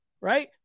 right